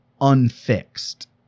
unfixed